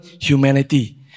humanity